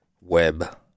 web